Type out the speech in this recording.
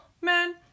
man